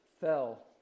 fell